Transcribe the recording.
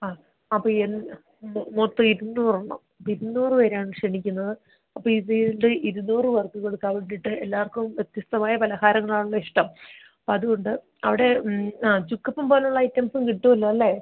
ആ അപ്പം എന്നാൽ ഇന്ന് മൊത്തം ഇരുന്നൂറെണ്ണം ഇരുന്നൂറ് പേരെയാണ് ക്ഷണിക്കുന്നത് അപ്പം ഇത് ഇത് ഇര്ന്നൂറ് പേർക്ക് കൊടുക്കാൻ വേണ്ടിയിട്ട് എല്ലാവർക്കും വ്യത്യസ്ഥമായ പലഹാരങ്ങൾ ആണല്ലോ ഇഷ്ടം അത്കൊണ്ട് അവിടെ മ് ആ ചുക്കപ്പം പോലുള്ള ഐറ്റംസും കിട്ടുമല്ലോ അല്ലേ